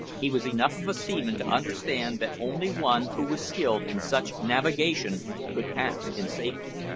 he was enough of a seaman to understand that only one who was skilled in such navigation could pass in safety.